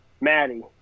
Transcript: Maddie